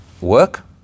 work